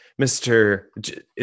Mr